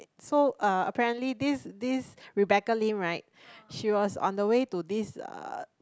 so uh apparently this this Rebecca-Lim right she was on the way to this uh